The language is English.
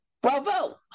Bravo